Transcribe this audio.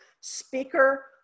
speaker